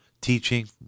teaching